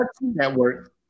Network